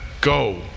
go